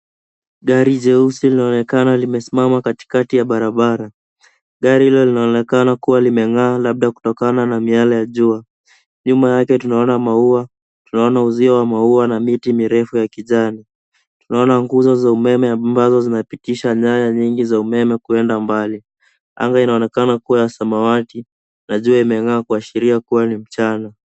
Gari jeusi linaonekana limesimama katikati ya barabara. Gari hilo linaonekana kuwa limeng'aa, labda kutokana na miale ya jua. Nyuma yake tunaona maua, tunaona uzio wa maua na miti mirefu ya kijani. Tunaona nguzo za umeme ambazo zinapitisha nyaya nyingi za umeme kuenda mbali. Anga inaonekana kuwa ya samawati na jua imeng'aa kuashiria ni mchana.